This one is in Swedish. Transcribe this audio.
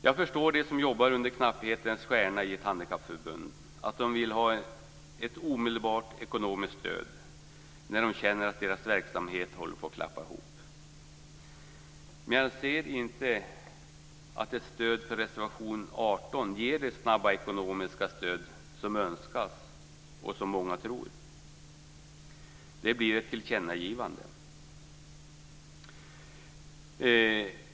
Jag förstår de som jobbar under knapphetens stjärna i ett handikappförbund och som vill ha ett omedelbart ekonomiskt stöd när de känner att deras verksamhet håller på att klappa ihop. Men jag ser inte att ett stöd för reservation 18 ger det snabba ekonomiska stöd som önskas och som många tror. Det blir ett tillkännagivande.